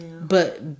But-